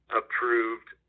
approved